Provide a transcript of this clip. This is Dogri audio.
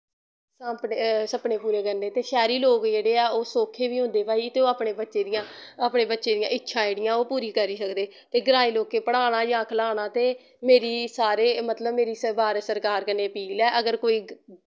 सपने सपने पूरे करने ते शैह्री लोक जेह्ड़े ऐ ओह् सोक्खे वी होंदे भाई ते ओह् अपने बच्चे दियां अपने बच्चे दियां इच्छां जेह्ड़ियां ओह् पूरी करी सकदे ते ग्राईं लोकें पढ़ाना जां खलाह्ना ते मेरी सारे मतलव मेरी भारत सरकार कन्नै अपील ऐ अगर कोई